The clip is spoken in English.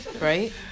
right